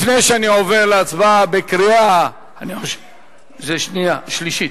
לפני שאני עובר להצבעה בקריאה, זה שנייה, שלישית,